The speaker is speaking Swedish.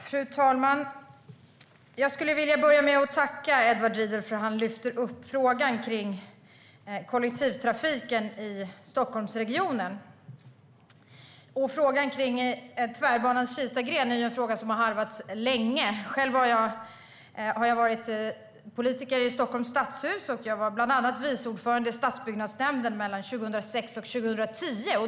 Fru talman! Jag skulle vilja börja med att tacka Edward Riedl för att han lyfter upp frågan om kollektivtrafiken i Stockholmsregionen. Frågan om Tvärbanans Kistagren är en fråga som har harvats länge. Själv har jag varit politiker i Stockholms stadshus. Bland annat var jag vice ordförande i stadsbyggnadsnämnden mellan 2006 och 2010.